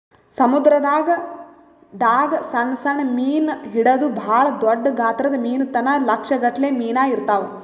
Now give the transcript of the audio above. ಸಮುದ್ರದಾಗ್ ದಾಗ್ ಸಣ್ಣ್ ಸಣ್ಣ್ ಮೀನ್ ಹಿಡದು ಭಾಳ್ ದೊಡ್ಡ್ ಗಾತ್ರದ್ ಮೀನ್ ತನ ಲಕ್ಷ್ ಗಟ್ಲೆ ಮೀನಾ ಇರ್ತವ್